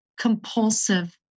compulsive